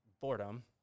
boredom